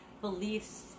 beliefs